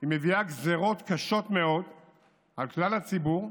מביאה גזרות קשות מאוד על כלל הציבור,